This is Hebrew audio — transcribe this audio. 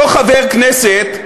אותו חבר כנסת,